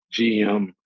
GM